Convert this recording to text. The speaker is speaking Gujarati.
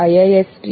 iisctagmail